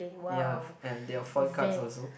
ya and they are foil cards also